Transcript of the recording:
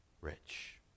rich